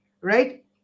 right